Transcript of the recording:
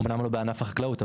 אומנם לא בענף החקלאות,